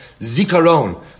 Zikaron